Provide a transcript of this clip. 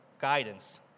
guidance